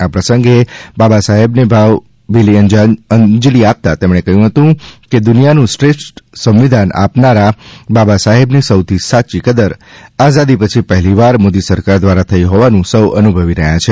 આ પ્રસંગે બાબાસાહેબ ને ભાવ અંજલિ આપતા તેમણે કહ્યું હતું કે દુનિયાનું શ્રેષ્ઠ સંવિધાન આપનારા બાબા સાહેબની સૌથી સાચી કદર આઝાદી પછી પહેલીવાર મોદી સરકાર દ્વારા થઈ હોવાનું સૌ અનુભવી રહ્યા છે